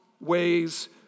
ways